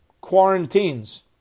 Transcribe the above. quarantines